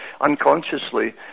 unconsciously